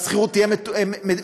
והשכירות תהיה מנוהלת.